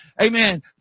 Amen